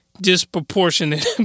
disproportionate